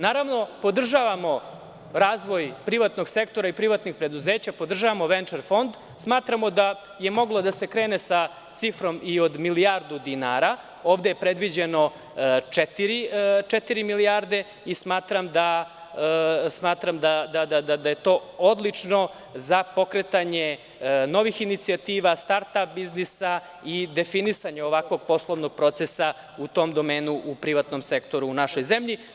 Naravno, podržavamo razvoj privatnog sektora i privatnih preduzeća, podržavamo Venčer fond i smatramo da je moglo da se krene i sa cifrom od milijardu dinara, a ovde su predviđene četiri milijarde i smatram da je to odlično za pokretanja novih inicijativa, starta, biznisa i definisanja ovako poslovnog procesa u tom domenu, u privatnom sektoru u našoj zemlji.